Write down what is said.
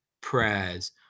prayers